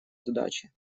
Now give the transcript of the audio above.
задачи